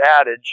adage